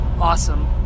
awesome